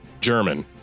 German